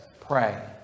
pray